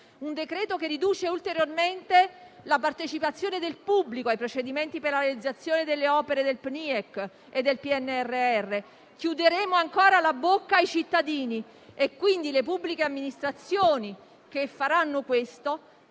un decreto-legge che riduce ulteriormente la partecipazione del pubblico ai procedimenti per la realizzazione delle opere del PNIEC e del PNRR. Chiuderemo ancora la bocca ai cittadini e le pubbliche amministrazioni che faranno questo